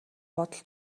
бодол